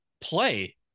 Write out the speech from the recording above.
play